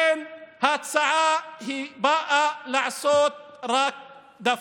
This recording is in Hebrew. ההצעה באה לעשות רק דווקא.